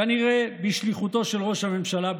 כנראה בשליחותו של ראש הממשלה בנט.